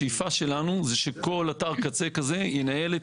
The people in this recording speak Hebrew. השאיפה שלנו זה שכל אתר קצה כזה ינהל את